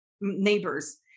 neighbors